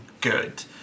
good